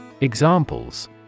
Examples